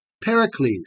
Pericles